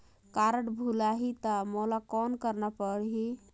Card भुलाही ता मोला कौन करना परही?